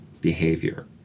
behavior